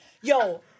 Yo